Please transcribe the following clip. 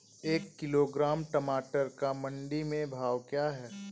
एक किलोग्राम टमाटर का मंडी में भाव क्या है?